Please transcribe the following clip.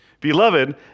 Beloved